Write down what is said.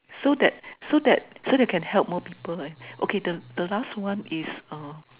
so that so that so that can help more people lah by okay the the last one is uh